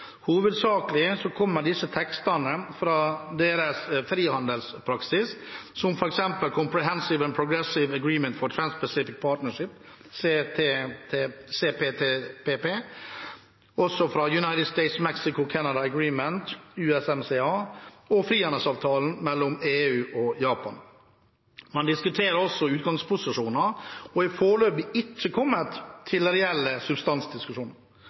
kommer disse tekstene fra deres frihandelspraksis, som f.eks. Comprehensive and Progressive Agreement for Trans-Pacific Partnership, CPTPP, United States–Mexico–Canada Agreement, USMCA, og frihandelsavtalen mellom EU og Japan. Man diskuterer altså utgangsposisjoner og er foreløpig ikke kommet til reelle substansdiskusjoner.